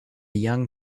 young